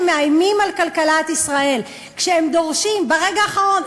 מאיימים על כלכלת ישראל כשהם דורשים ברגע האחרון,